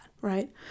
right